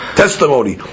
testimony